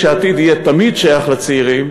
כדי שהעתיד יהיה תמיד שייך לצעירים,